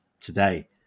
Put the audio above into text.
today